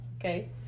okay